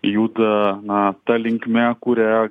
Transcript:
juda na ta linkme kuria